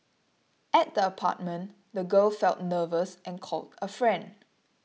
at the apartment the girl felt nervous and called a friend